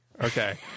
Okay